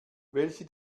welche